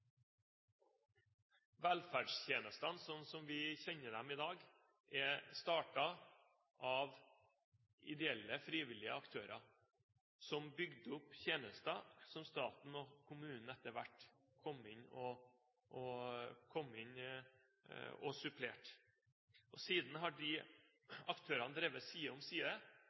Velferdstjenestene, sånn som vi kjenner dem i dag, er startet av ideelle, frivillige aktører som bygde opp tjenester, der staten og kommunene etter hvert kom inn og supplerte. Siden har disse aktørene drevet side om side,